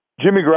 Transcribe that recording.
Jimmy